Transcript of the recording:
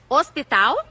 Hospital